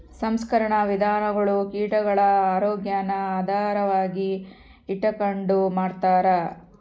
ಸಂಸ್ಕರಣಾ ವಿಧಾನಗುಳು ಕೀಟಗುಳ ಆರೋಗ್ಯಾನ ಆಧಾರವಾಗಿ ಇಟಗಂಡು ಮಾಡ್ತಾರ